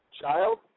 child